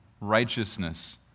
righteousness